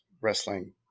wrestling